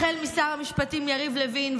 החל משר המשפטים יריב לוין,